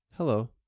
Hello